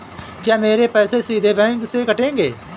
क्या मेरे पैसे सीधे बैंक से कटेंगे?